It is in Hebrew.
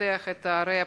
ולפתח את ערי הפריפריה?